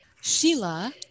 Sheila